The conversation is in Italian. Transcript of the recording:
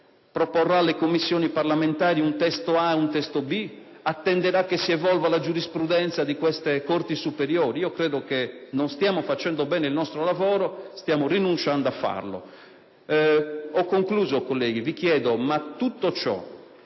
Proporrà alle Commissioni parlamentari un testo A e un testo B? Attenderà che si evolva la giurisprudenza di queste Corti superiori? Credo che non stiamo facendo bene il nostro lavoro: stiamo rinunciando a farlo. Ho concluso, colleghi. Vi chiedo: ma tutto ciò